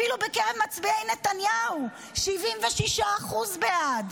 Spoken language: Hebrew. אפילו בקרב מצביעי נתניהו 76% בעד.